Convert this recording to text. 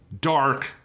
dark